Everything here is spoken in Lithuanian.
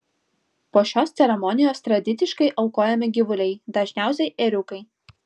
po šios ceremonijos tradiciškai aukojami gyvuliai dažniausiai ėriukai